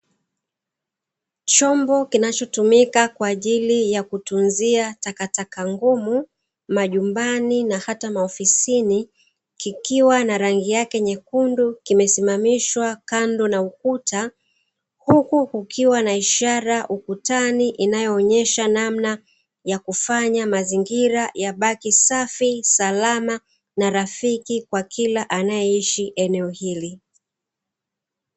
Chombo kinachotumika kwa ajili ya kutunzia takataka ngumu, majumbani na hata maofisini kikiwa na rangi yake nyekundu kimesimamishwa kando na ukuta, huku kukiwa na ishara ukutani inayoonyesha namna ya kufanya mazingira yabaki safi, salama na rafiki kwa kila anayeishi eneo hili.